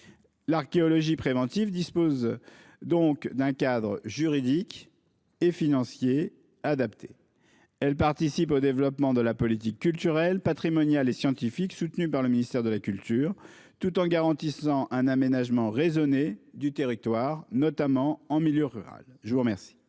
L'archéologie préventive dispose donc d'un cadre juridique et financier adapté. Elle participe au développement de la politique culturelle, patrimoniale et scientifique soutenue par le ministère de la culture, tout en garantissant un aménagement raisonné du territoire, notamment en milieu rural. La parole